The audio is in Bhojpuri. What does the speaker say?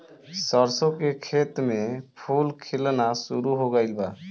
सरसों के खेत में फूल खिलना शुरू हो गइल बा